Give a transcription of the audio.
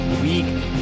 week